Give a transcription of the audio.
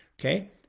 Okay